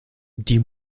die